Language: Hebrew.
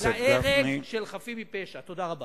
הלנצח תאכל חרב?